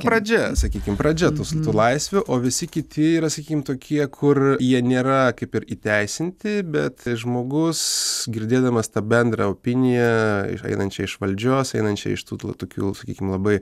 pradžia sakykim pradžia tų su tų laisvių o visi kiti yra sakykim tokie kur jie nėra kaip ir įteisinti bet žmogus girdėdamas tą bendrą opiniją einančią iš valdžios einančią iš tų tokių sakykim labai